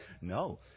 No